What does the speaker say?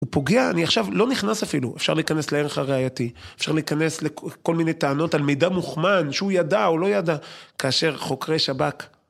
הוא פוגע, אני עכשיו, לא נכנס אפילו, אפשר להיכנס לערך הרעייתי, אפשר להיכנס לכל מיני טענות על מידע מוכמן, שהוא ידע או לא ידע כאשר חוקרי שב"כ.